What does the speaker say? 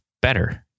better